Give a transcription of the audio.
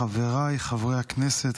חבריי חברי הכנסת,